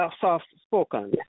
soft-spoken